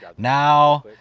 yeah now,